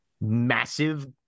massive